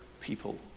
people